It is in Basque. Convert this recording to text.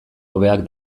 hobeak